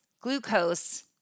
glucose